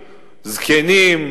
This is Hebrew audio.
זקנים,